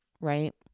right